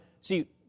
see